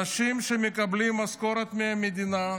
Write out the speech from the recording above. אנשים שמקבלים משכורת מהמדינה,